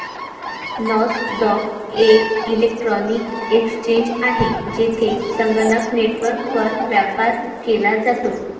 Nasdaq एक electronic exchange आहे, जेथे संगणक नेटवर्कवर व्यापार केला जातो